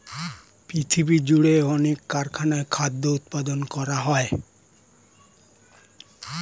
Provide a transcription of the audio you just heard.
পৃথিবীজুড়ে অনেক কারখানায় খাদ্য উৎপাদন করা হয়